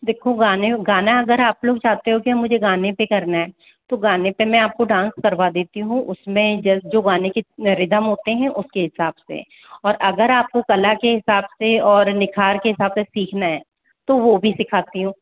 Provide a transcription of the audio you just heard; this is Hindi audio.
देखो गाने गाना अगर आप लोग चाहते हो कि मुझे गाने पे करना है तो गाने पे मैं आपको डांस करवा देती हूँ उसमें जो जो गाने के जो रिदम होते हैं उसके हिसाब से और अगर आप को कला के हिसाब से और निखार के हिसाब से सीखना हैं तो वो भी सिखाती हूँ